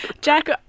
Jack